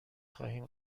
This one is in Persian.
خواهیم